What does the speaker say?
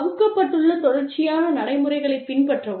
வகுக்கப்பட்டுள்ள தொடர்ச்சியான நடைமுறைகளைப் பின்பற்றவும்